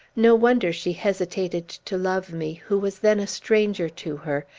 no wonder she hesitated to love me, who was then a stranger to her,